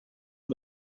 日本